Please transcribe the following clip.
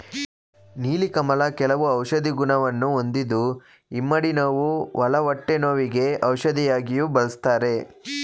ನೀಲಿ ಕಮಲ ಕೆಲವು ಔಷಧಿ ಗುಣವನ್ನು ಹೊಂದಿದ್ದು ಇಮ್ಮಡಿ ನೋವು, ಒಳ ಹೊಟ್ಟೆ ನೋವಿಗೆ ಔಷಧಿಯಾಗಿಯೂ ಬಳ್ಸತ್ತರೆ